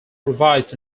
revised